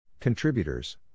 Contributors